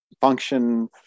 function